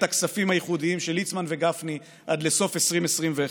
הכספים הייחודיים של ליצמן וגפני עד לסוף 2021,